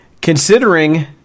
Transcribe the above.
Considering